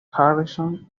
harrison